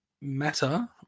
matter